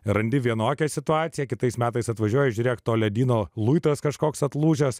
randi vienokia situacija kitais metais atvažiuoji žiūrėk to ledyno luitas kažkoks atlūžęs